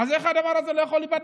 איך הדבר הזה לא יכול להיבדק?